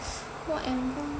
white and brown